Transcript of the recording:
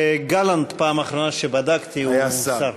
גלנט, בפעם האחרונה שבדקתי, היה שר.